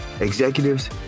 executives